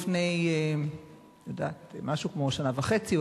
לפני משהו כמו שנה וחצי,